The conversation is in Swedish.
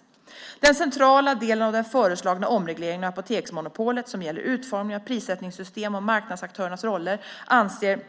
- I den centrala delen av den föreslagna omregleringen av apoteksmonopolet, som gäller utformning av prissättningssystem och marknadsaktörernas roller, anser